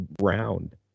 round